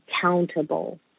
accountable